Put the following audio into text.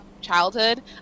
childhood